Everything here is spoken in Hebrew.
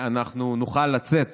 אנחנו נוכל לצאת